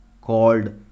called